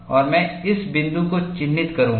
और मैं इस बिंदु को चिह्नित करूंगा